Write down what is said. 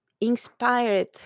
inspired